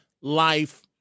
life